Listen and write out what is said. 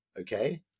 okay